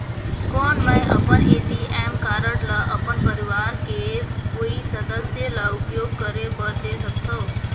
कौन मैं अपन ए.टी.एम कारड ल अपन परवार के कोई सदस्य ल उपयोग करे बर दे सकथव?